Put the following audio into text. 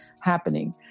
happening